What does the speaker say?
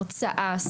הרצאה,